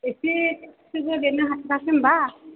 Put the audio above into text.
एसेसोबो लिरनो हाथाराखै होम्बा